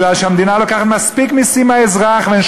כי המדינה לוקחת מספיק מסים מהאזרח ואין